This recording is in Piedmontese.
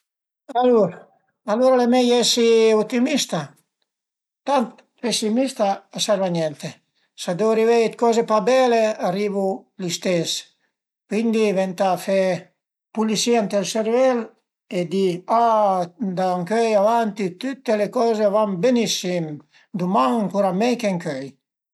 Alura alura al e mei esi otimista, tant pesimista a serv a niente, s'a deu ariveie dë coze pa bele arivu l'istes, cuindi venta fe pulisìa ënt ël servèl e di: ah da ëncöi avanti tüte le coze a van benissim, duman ancura mei che ëncöi